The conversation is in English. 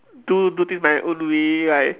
do do things my own way like